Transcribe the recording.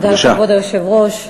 כבוד היושב-ראש,